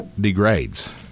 degrades